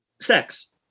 Sex